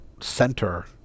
center